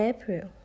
April